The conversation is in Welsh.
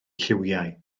lliwiau